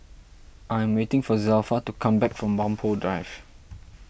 I'm waiting for Zelpha to come back from Whampoa Drive